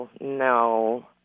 No